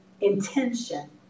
intention